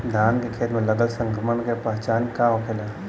धान के खेत मे लगल संक्रमण के पहचान का होखेला?